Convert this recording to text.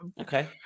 okay